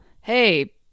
hey